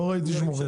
לא ראיתי שמוכרים.